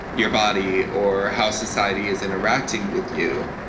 your body, or how society is interacting with you,